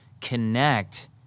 connect